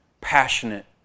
passionate